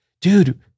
Dude